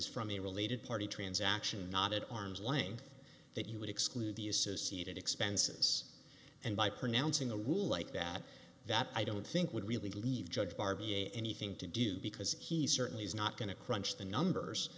is from a related party transactions not at arm's length that you would exclude the associated expenses and by pronouncing a rule like that that i don't think would really leave judge bar b a anything to do because he certainly is not going to crunch the numbers